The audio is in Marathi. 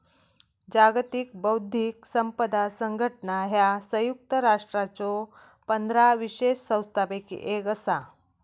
जागतिक बौद्धिक संपदा संघटना ह्या संयुक्त राष्ट्रांच्यो पंधरा विशेष संस्थांपैकी एक असा